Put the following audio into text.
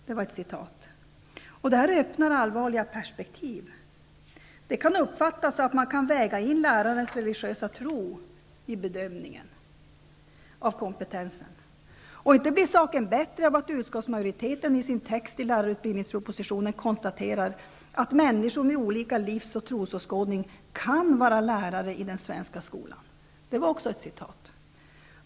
Detta öppnar allvarliga perspektiv. Det kan uppfattas så att man kan väga in lärarens religiösa tro i bedömningen av dennes kompetens. Inte blir skadan mindre av att utskottsmajoriteten i sin text i lärarutbildningspropositionen konstaterar att ''människor med olika livs och trosåskådning kan vara lärare i den svenska skolan''.